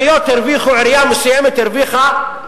עירייה מסוימת הרוויחה,